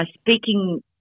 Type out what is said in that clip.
speaking